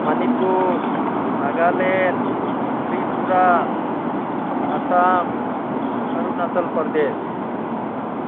Manipur Nagaland Tripura Assam Arunachal Pradesh